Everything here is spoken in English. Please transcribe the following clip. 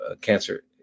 cancer